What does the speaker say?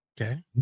Okay